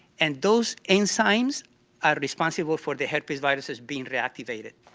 and those enzymes are responsible for the herpes viruses being reactivated.